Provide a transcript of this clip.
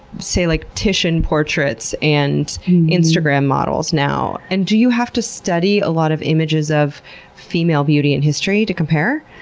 say, like titian portraits and instagram models now? and do you have to study a lot of images of female beauty and history to compare?